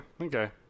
okay